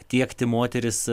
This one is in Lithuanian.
tiekti moteris